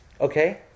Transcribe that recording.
Okay